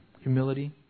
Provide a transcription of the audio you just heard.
humility